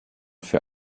für